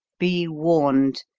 be warned.